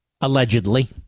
allegedly